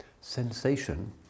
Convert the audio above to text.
sensation